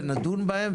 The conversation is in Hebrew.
ונדון בהם,